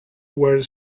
were